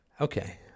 Okay